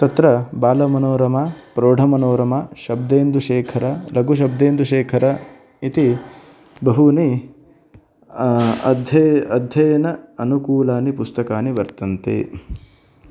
तत्र बालमनोरमा प्रौढमनोरमा शब्देन्दुशेखरः लघुशब्देन्दुशेखरः इति बहूनि अध्यय् अध्ययेन अनुकूलानि पुस्तकानि वर्तन्ते